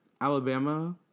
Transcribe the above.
Alabama